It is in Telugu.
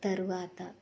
తరువాత